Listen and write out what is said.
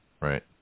Right